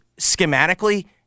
schematically